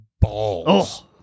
balls